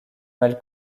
mal